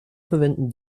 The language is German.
verwenden